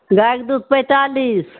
गायके दूध पैतालीस